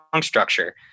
structure